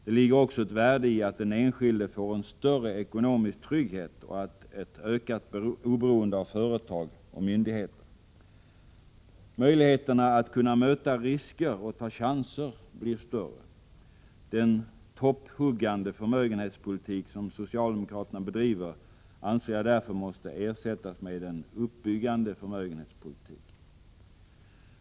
Det ligger också ett värde i att den enskilde får en större ekonomisk trygghet och ett ökat oberoende av företag och myndigheter. Möjligheterna att möta risker och ta chanser blir större. Den ”topphuggande” förmögenhetspolitik som socialdemokraterna bedriver anser jag därför måste ersättas med en ”uppbyggande” förmögenhetspolitik.